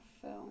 film